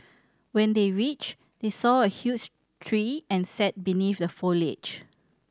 when they reached they saw a huge tree and sat beneath the foliage